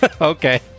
Okay